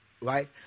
right